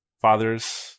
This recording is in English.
fathers